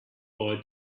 boy